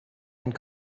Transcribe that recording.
and